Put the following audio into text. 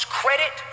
credit